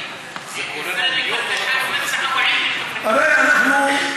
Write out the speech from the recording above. הרי אנחנו,